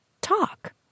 talk